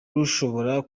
rushobora